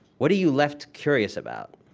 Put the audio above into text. what are you left curious about?